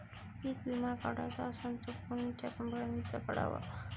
पीक विमा काढाचा असन त कोनत्या कंपनीचा काढाव?